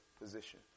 position